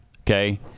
Okay